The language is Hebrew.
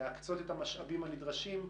להקצות את המשאבים הנדרשים.